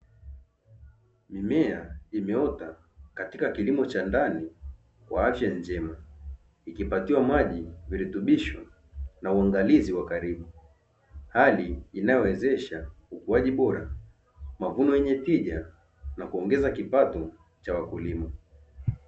Mimea imeota katika kilimo cha ndani kwa afya njema ikipatiwa maji, virutubisho na unagalizi wa karibu, hali inayowezesha ukuaji bora, mavuno yenye tija na kuongeza kipato cha wakulima.